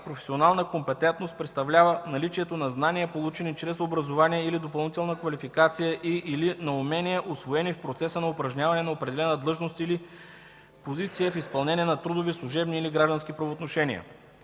„Професионална компетентност” представлява наличието на знания, получени чрез образование или допълнителна квалификация и/или на умения, усвоени в процеса на упражняване на определена длъжност или позиция в изпълнение на трудови, служебни или граждански правоотношения.”